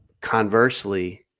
conversely